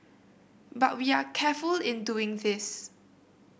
but we are careful in doing this